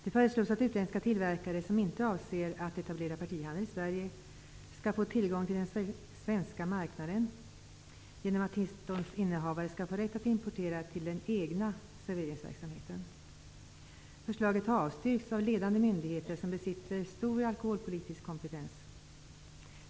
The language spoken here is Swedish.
Det föreslås att utländska tillverkare som inte avser att etablera partihandel i Sverige skall få tillgång till den svenska marknaden genom att tillståndsinnehavare skall få rätt att importera till den egna serveringsverksamheten. Förslaget avstyrks av ledande myndigheter som besitter stor alkoholpolitisk kompetens.